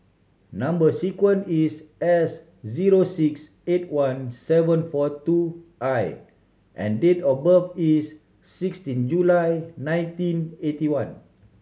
number sequence is S zero six eight one seven four two I and date of birth is sixteen July nineteen eighty one